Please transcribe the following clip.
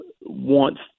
Wants